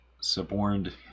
suborned